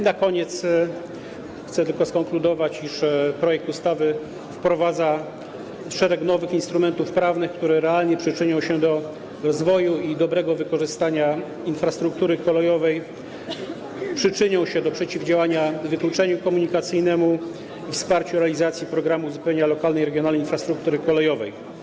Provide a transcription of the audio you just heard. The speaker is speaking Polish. Na koniec chcę tylko skonkludować, iż projekt ustawy wprowadza szereg nowych instrumentów prawnych, które realnie przyczynią się do rozwoju i dobrego wykorzystania infrastruktury kolejowej, przyczynią się do przeciwdziałania wykluczeniu komunikacyjnemu i wsparcia realizacji programu uzupełniania lokalnej i regionalnej infrastruktury kolejowej.